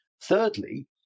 Thirdly